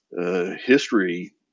history